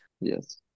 Yes